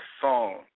song